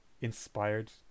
inspired